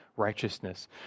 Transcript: righteousness